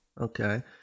okay